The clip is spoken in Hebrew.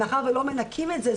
ומאחר ולא מנכים את זה,